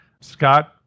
Scott